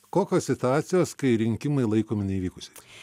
kokios situacijos kai rinkimai laikomi neįvykusiais